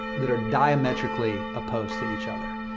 that are diametrically opposed to each other.